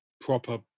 proper